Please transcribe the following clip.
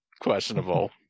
questionable